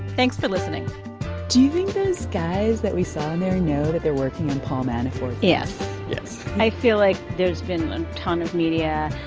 thanks for listening do you think those guys that we saw in there know that they're working on paul manafort's. yes yes i feel like there's been a ton of media.